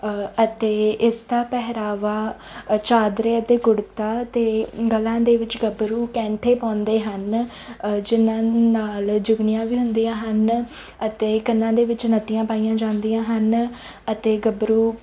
ਅਤੇ ਇਸ ਦਾ ਪਹਿਰਾਵਾ ਚਾਦਰਾ ਅਤੇ ਕੁੜਤਾ ਅਤੇ ਗਲਾਂ ਦੇ ਵਿੱਚ ਗੱਭਰੂ ਕੈਂਠੇ ਪਾਉਂਦੇ ਹਨ ਜਿਹਨਾਂ ਨਾਲ ਜੁਗਨੀਆਂ ਵੀ ਹੁੰਦੀਆਂ ਹਨ ਅਤੇ ਕੰਨਾਂ ਦੇ ਵਿੱਚ ਨੱਤੀਆਂ ਪਾਈਆਂ ਜਾਂਦੀਆਂ ਹਨ ਅਤੇ ਗੱਭਰੂ